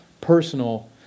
personal